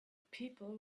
people